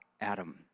Adam